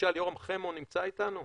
יורם חמו נמצא איתנו?